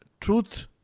truth